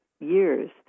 years